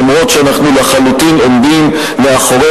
אף-על-פי שאנחנו לחלוטין עומדים מאחורי